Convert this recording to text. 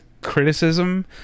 criticism